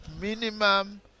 minimum